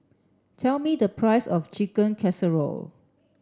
tell me the price of Chicken Casserole